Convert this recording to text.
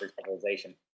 civilization